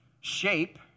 shape